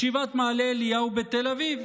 ישיבת מעלה אליהו בתל אביב